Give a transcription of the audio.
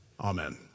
Amen